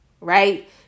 right